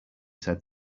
said